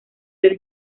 del